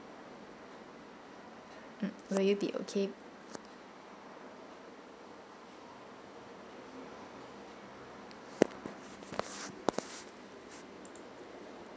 mm will you be okay